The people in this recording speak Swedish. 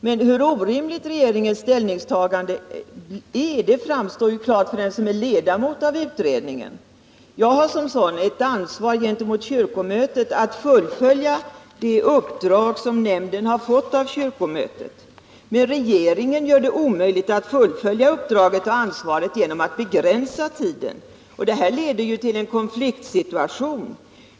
Men hur orimligt regeringens ställningstagande är framstår klart för den som är ledamot av utredningsnämnden. Jag har som sådan ett ansvar gentemot kyrkomötet att fullfölja det uppdrag som nämnden har fått av kyrkomötet. Regeringen gör det omöjligt att fullfölja uppdraget och ansvaret, genom att regeringen begränsar tiden. Detta leder till en konfliktsituation.